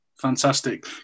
Fantastic